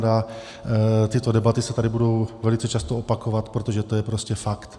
A tyto debaty se tady budou velice často opakovat, protože to je prostě fakt.